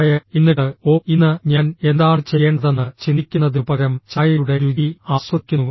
ചായ എന്നിട്ട് ഓ ഇന്ന് ഞാൻ എന്താണ് ചെയ്യേണ്ടതെന്ന് ചിന്തിക്കുന്നതിനുപകരം ചായയുടെ രുചി ആസ്വദിക്കുന്നു